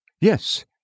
Yes